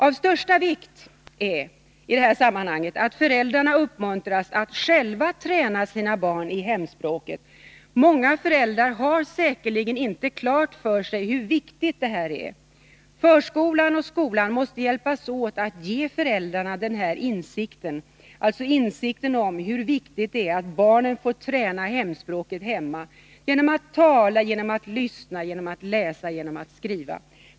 Av största vikt är att föräldrarna uppmuntras att själva träna sina barn i hemspråket. Många föräldrar har säkerligen inte klart för sig hur viktigt detta är. Förskolan och skolan måste hjälpas åt att ge föräldrarna insikt i hur viktigt det är att barnen får träna hemspråket hemma genom att tala, lyssna, läsa och skriva.